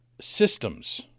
systems